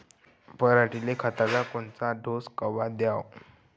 पऱ्हाटीले खताचा कोनचा डोस कवा द्याव?